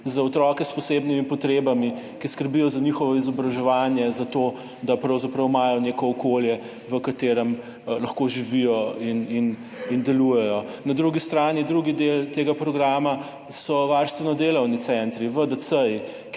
za otroke s posebnimi potrebami, ki skrbijo za njihovo izobraževanje, za to, da pravzaprav imajo neko okolje, v katerem lahko živijo in delujejo. Na drugi strani, drugi del tega programa so varstveno delovni centri, VDC-ji,